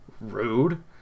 Rude